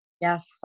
Yes